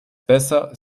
besser